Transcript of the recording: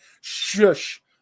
shush